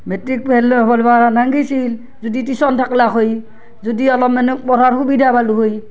matric পঢ়িবা গৈছিল যদি টিউচন থাকলাক হয় যদি অলপমানো পঢ়াৰ সুবিধা পালো হয়